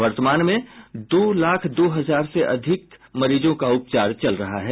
वर्तमान में दो लाख दो हजार से अधिक मरीजों का उपचार चल रहा है